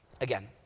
again